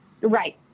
Right